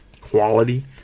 quality